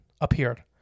appeared